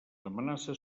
amenaces